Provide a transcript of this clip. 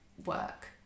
work